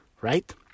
Right